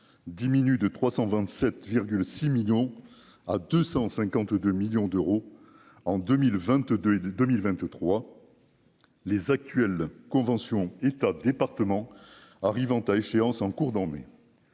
diminue de 327 6 millions à 252 millions d'euros en 2022, et dès 2023 les actuelle convention État département arrivant à échéance en cours dans mes